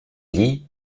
lits